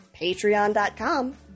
patreon.com